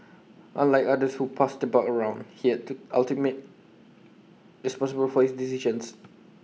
unlike others who passed the buck around he had to ultimate responsibility for his decisions